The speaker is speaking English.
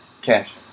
cash